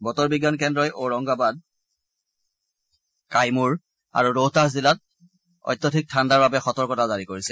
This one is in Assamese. বতৰ বিজ্ঞান কেন্দ্ৰই ওৰাংগবাদ কাইমূৰ আৰু ৰোহটাছ জিলাত অত্যধিক ঠাণ্ডাৰ বাবে সতৰ্কতা জাৰি কৰিছে